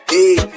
Hey